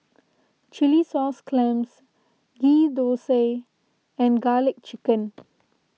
Chilli Sauce Clams Ghee Thosai and Garlic Chicken